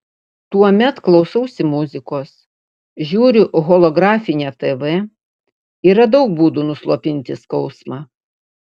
tuomet klausausi muzikos žiūriu holografinę tv yra daug būdų nuslopinti skausmą